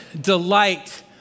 delight